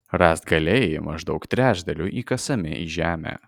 rąstgaliai maždaug trečdaliu įkasami į žemę